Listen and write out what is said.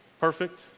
Perfect